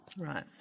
Right